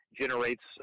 generates